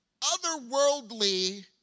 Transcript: otherworldly